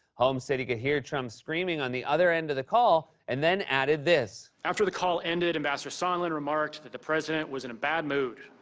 holmes said he could hear trump screaming on the other end of the call and then added this. after the call ended, ambassador sondland remarked that the president was in a bad mood,